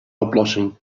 oplossing